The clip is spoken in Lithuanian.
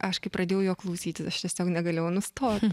aš kai pradėjau jo klausytis aš tiesiog negalėjau nustot